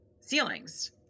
ceilings